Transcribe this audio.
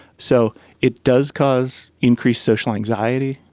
so it does cause increased social anxiety,